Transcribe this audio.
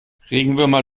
regenwürmer